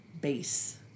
Base